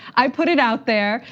i put it out there.